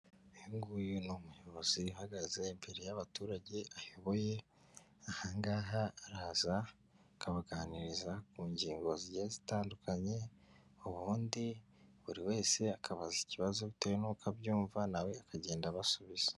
Uyu ni umuyobozi uhagaze imbere y'abaturage ayoboye; ahangaha araza akabaganiriza ku ngingo zitandukanye ubundi buri wese akabaza ikibazo bitewe n'uko abyumva na we akagenda abasubiza.